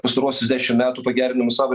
pastaruosius dešim metų pagerinom savo